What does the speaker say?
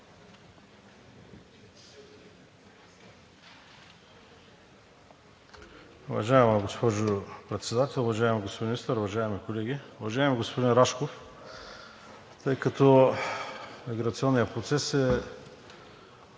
Уважаема госпожо Председател, уважаеми господин Министър, уважаеми колеги! Уважаеми господин Рашков, тъй като миграционният процес е